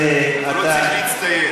לא צריך להצטיין.